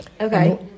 Okay